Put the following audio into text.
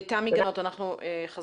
תמי גנות, בבקשה.